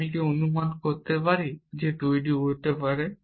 আমি কি অনুমান করতে পারি যে টুইডি উড়তে পারে